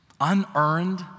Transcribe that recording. unearned